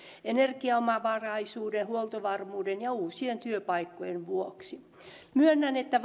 energiaomavaraisuuden huoltovarmuuden ja uusien työpaikkojen vuoksi myönnän että